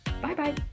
Bye-bye